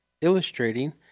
illustrating